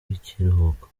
w’ikiruhuko